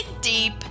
deep